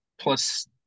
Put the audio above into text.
plus